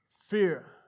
fear